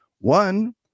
One